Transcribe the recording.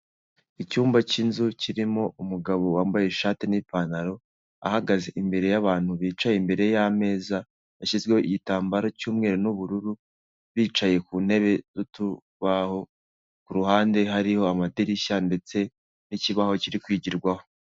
Icyumba k'inzu kirimo umugabo wambaye ishati n'ipantaro ahagaze imbere y'abantu bicaye imbere yameza yashyizweho igitambaro cy'umweru n'ubururu, bicaye ku ntebe z'utubaho ku ruhande hariho amadirishya ndetse n'ikibaho kiri kwigirwarwaho.